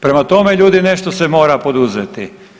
Prema tome ljudi nešto se mora poduzeti.